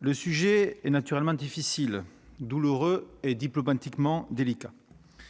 Le sujet est difficile, douloureux et diplomatiquement délicat,